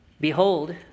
Behold